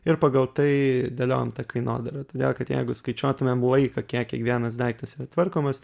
ir pagal tai dėliojam tą kainodarą todėl kad jeigu skaičiuotumėm laiką kiek kiekvienas daiktas yra tvarkomas